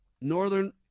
Northern